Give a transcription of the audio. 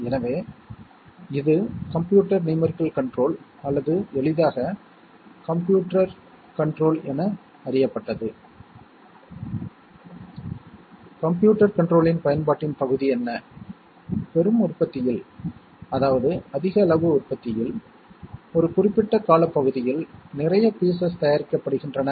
நாம் அந்த 2 மதிப்புகளை 1 மற்றும் 0 என்று குறிப்பிடுகிறோம் அவை 5 வோல்ட் மற்றும் 0 வோல்ட் ஆக இருக்கலாம் மேலும் அவை 1 மற்றும் 0 என நாம் குறிப்பிடும் ஹை லெவல் லோ லெவல் ஆகும்